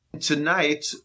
Tonight